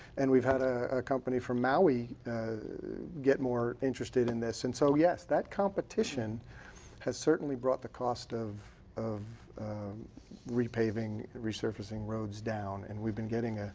and we've had ah ah company from maui get more interested in this. and so yes, that competition has certainly brought the cost of of repaving, resurface roading down. and we've been getting